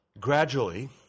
gradually